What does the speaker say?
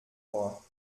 vor